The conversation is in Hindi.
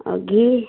और घी